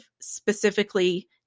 specifically